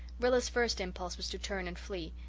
rilla's first impulse was to turn and flee.